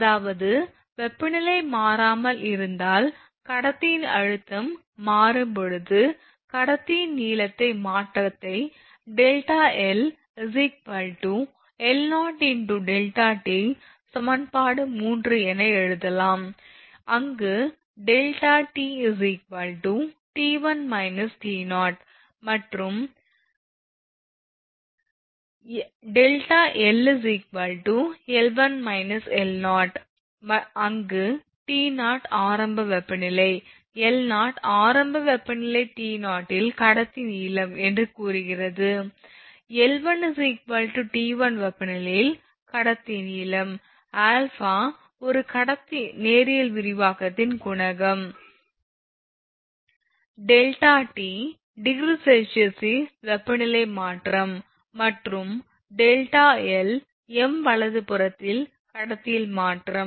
அதாவது வெப்பநிலை மாறாமல் இருந்தால் கடத்தியின் அழுத்தம் மாறும்போது கடத்தியின் நீளத்தின் மாற்றத்தை Δl l0 α Δt சமன்பாடு 3 என்று எழுதலாம் அங்கு Δt மற்றும் l அங்கு t0 ஆரம்ப வெப்பநிலை l0 ஆரம்ப வெப்பநிலை t0 ல் கடத்தி நீளம் என்று கூறுகிறது l1 t1 வெப்பநிலையில் கடத்தி நீளம் α ஒரு °C க்கு கடத்தியின் நேரியல் விரிவாக்கத்தின் குணகம் Δt °C இல் வெப்பநிலை மாற்றம் மற்றும் Δl m வலதுபுறத்தில் கடத்தி நீளத்தில் மாற்றம்